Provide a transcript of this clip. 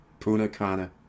punakana